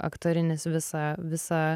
aktorinis visą visą